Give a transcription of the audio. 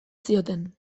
zioten